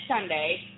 Sunday